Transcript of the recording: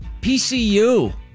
PCU